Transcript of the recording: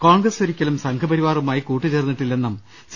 കോൺഗ്രസ് ഒരിക്കലും സംഘപരിവാറു മായി കൂട്ടുചേർന്നിട്ടില്ലെന്നും സി